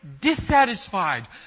dissatisfied